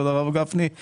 כבוד הרב גפני.